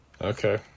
Okay